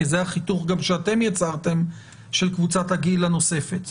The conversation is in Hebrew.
כי זה החיתוך גם שאתם יצרתם של קבוצת הגיל הנוספת.